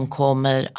kommer